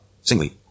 Singly